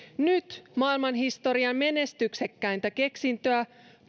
nyt maailman historian menestyksekkäintä keksintöä